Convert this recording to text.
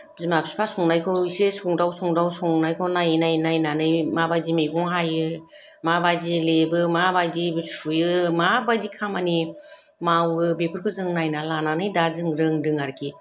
बिम बिफा संनायखौ इसे संदाव संदाव संनायखौ नायै नायै नायनानै माबायदि मैगं हायो माबायदि लेबो माबायदि सुयो माबायदि खामानि मावो बेफोरखौ जों नायना लानानै दा जों रोंदों आरोखि